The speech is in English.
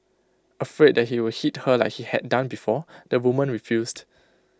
afraid that he would hit her like he had done before the woman refused